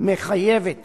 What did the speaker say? מחייבת